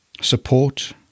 Support